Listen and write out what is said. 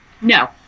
No